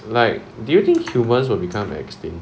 like do you think humans will become extinct